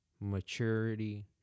Maturity